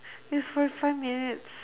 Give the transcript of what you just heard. it's forty five minutes